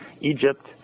Egypt